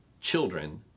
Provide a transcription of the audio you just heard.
children